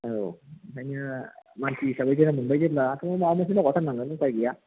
औ ओंखायनो मानसि हिसाबै जोनोम मोनबाय जेब्ला थेवबो माबा मोनसे मावलांथारनांगोन उपाय गैया